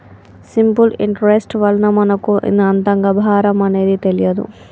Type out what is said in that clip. simple interest వలన మనకు అంతగా భారం అనేది తెలియదు